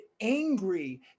angry